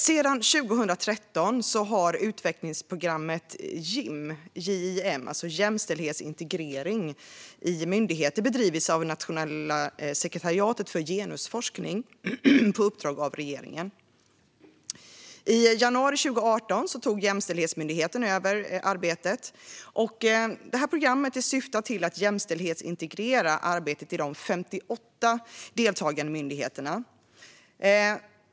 Sedan 2013 har utvecklingsprogrammet JIM, Jämställdhetsintegrering i myndigheter, bedrivits av Nationella sekretariatet för genusforskning på uppdrag av regeringen. I januari 2018 tog Jämställdhetsmyndigheten över arbetet. Programmet syftar till att jämställdhetsintegrera arbetet i de 58 deltagande myndigheterna.